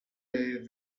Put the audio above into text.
day